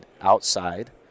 outside